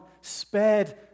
spared